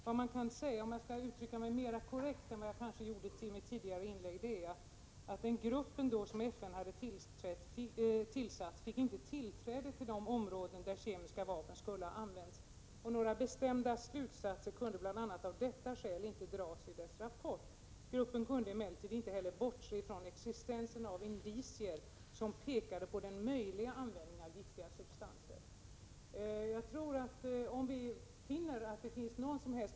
För att uttrycka mig mer korrekt än vad jag kanske gjorde i mitt tidigare anförande: den grupp som FN hade tillsatt fick inte tillträde till de områden där kemiska vapen skulle ha använts, och några bestämda slutsatser kunde bl.a. av det skälet inte dras i gruppens rapport. Gruppen kunde emellertid inte bortse från existensen av indicier som pekade på den möjliga användningen av giftiga substanser.